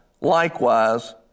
likewise